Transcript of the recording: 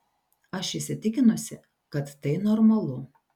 aš įsitikinusi kad tai normalu